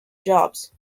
jobs